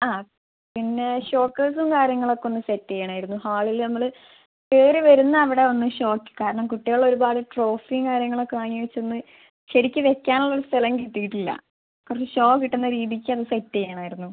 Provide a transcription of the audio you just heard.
ആ പിന്നെ ഷോക്കേസും കാര്യങ്ങളൊക്കൊന്ന് സെറ്റ് ചെയ്യണമായിരുന്നു ഹാളിലമ്മൾ കയറി വരുന്ന അവിടെയൊന്ന് ഷോ കാരണം കുട്ടികളൊരുപാട് ട്രോഫീ കാര്യങ്ങളൊക്കെ വാങ്ങി വെച്ചൊന്ന് ശരിക്ക് വെക്കാനുള്ളൊരു സ്ഥലം കിട്ടീട്ടില്ല കുറച്ച് ഷോ കിട്ടുന്ന രീതിക്കത് സെറ്റ് ചെയ്യണായിരുന്നു